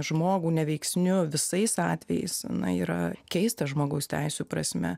žmogų neveiksniu visais atvejais na yra keista žmogaus teisių prasme